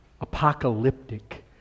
apocalyptic